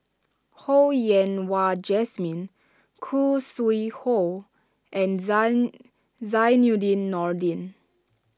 Ho Yen Wah Jesmine Khoo Sui Hoe and Zainudin Nordin